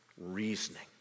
reasoning